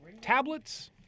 Tablets